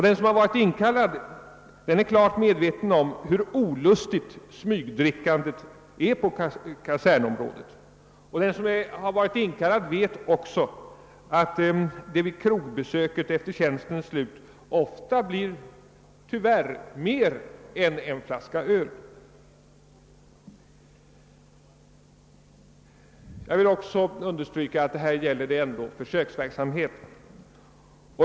Den som har varit inkallad är klart medveten om hur olustigt smygdrickandet på kasernområdet är, men han vet också att det vid ett krogbesök efter tjänstens slut ofta tyvärr blir mer än en flaska öl. Jag vill även understryka att det här gäller en försöksverksamhet.